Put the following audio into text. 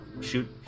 shoot